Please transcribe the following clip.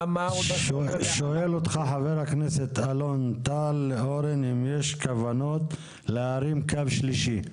שואל אותך חבר הכנסת אלון טל אם יש כוונות להרים קו שלישי?